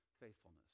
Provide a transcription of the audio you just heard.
faithfulness